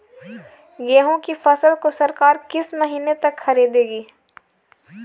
गेहूँ की फसल को सरकार किस महीने तक खरीदेगी?